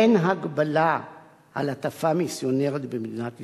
אין הגבלה על הטפה מיסיונרית במדינת ישראל.